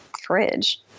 Fridge